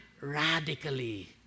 radically